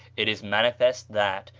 it is manifest that,